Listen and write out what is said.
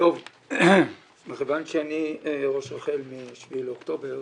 מכיוון שאני ראש רח"ל מה-7 באוקטובר